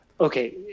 Okay